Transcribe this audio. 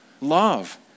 love